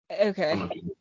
Okay